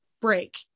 break